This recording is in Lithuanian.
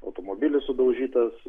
automobilis sudaužytas